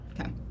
Okay